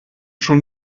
schon